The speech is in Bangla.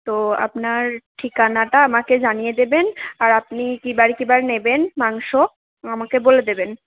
তো আপনার ঠিকানাটা আমাকে জানিয়ে দেবেন আর আপনি কী বার কী বার নেবেন মাংস আমাকে বলে দেবেন